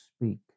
speak